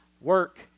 work